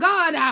God